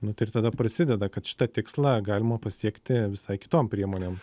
nu tai ir tada prasideda kad šitą tikslą galima pasiekti visai kitom priemonėm